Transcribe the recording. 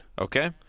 okay